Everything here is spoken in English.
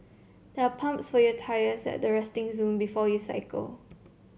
there are pumps for your tyres at the resting zone before you cycle